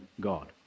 God